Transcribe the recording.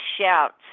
shouts